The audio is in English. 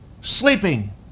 sleeping